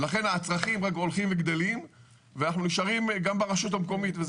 לכן הצרכים הולכים וגדלים ואנחנו נשארים גם ברשות המקומית.